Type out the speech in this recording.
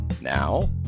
Now